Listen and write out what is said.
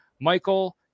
Michael